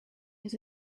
his